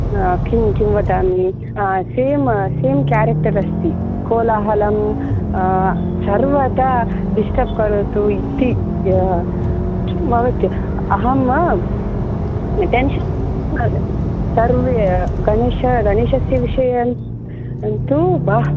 किं किं वदामि सेम् सेम् केरेक्टर् अस्ति कोलाहलं सर्वदा डिस्टर्ब् करोतु इति किं भवति अहं टेन्शन् सर्वे गणेश गणैशस्य विषयं तु